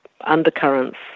undercurrents